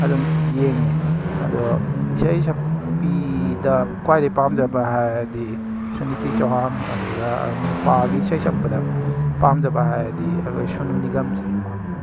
ꯑꯗꯨꯝ ꯌꯦꯡꯏ ꯑꯗꯣ ꯏꯁꯩ ꯁꯛꯄꯤꯗ ꯈ꯭ꯋꯥꯏꯗꯩ ꯄꯥꯝꯖꯕ ꯍꯥꯏꯔꯗꯤ ꯁꯨꯅꯤꯇꯤ ꯆꯥꯎꯍꯥꯟ ꯑꯗꯨꯒ ꯅꯨꯄꯥꯒꯤ ꯁꯩꯁꯛꯄꯗ ꯄꯥꯝꯖꯕ ꯍꯥꯏꯔꯗꯤ ꯑꯩꯈꯣꯏ ꯁꯣꯅꯨ ꯅꯤꯒꯝꯁꯦ ꯄꯥꯝꯃꯤ